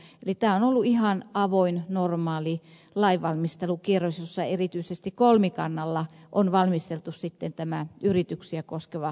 eli tämä on ollut ihan avoin normaali lainvalmistelukierros jossa erityisesti kolmikannalla on valmisteltu tämä yrityksiä koskeva osuus